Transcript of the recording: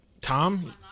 Tom